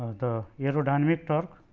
the aerodynamic torque